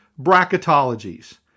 bracketologies